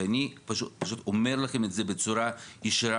ואני פשוט אומר לכם את זה בצורה ישירה